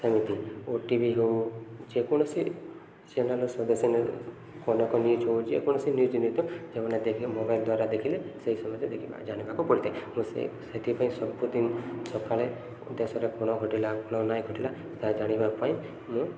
ସେମିତି ଓ ଟି ଭି ହଉ ଯେକୌଣସି ଚ୍ୟାନେଲ୍ ସଦସ୍ୟ କନକ ନ୍ୟୁଜ୍ ହଉ ଯେକୌଣସି ନ୍ୟୁଜ୍ ନ୍ୟୁଜ୍ ହେଲେ ସେମାନେ ଦେଖିଲେ ମୋବାଇଲ୍ ଦ୍ୱାରା ଦେଖିଲେ ସେଇ ସମାଜରେ ଦେଖି ଜାଣିବାକୁ ପଡ଼ିଥାଏ ମୁଁ ସେ ସେଥିପାଇଁ ସବୁଦିନ ସକାଳେ ଦେଶରେ କ'ଣ ଘଟିଲା କ'ଣ ନାଇଁ ଘଟିଲା ତାହା ଜାଣିବା ପାଇଁ ମୁଁ